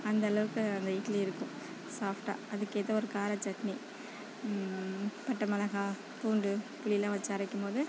அந்தளவுக்கு அந்த இட்லி இருக்கும் சாஃட்டாக அதுக்கேற்ற ஒரு காரச்சட்னி பட்டை மிளகா பூண்டு புளிலாம் வச்சு அரைக்கும் போது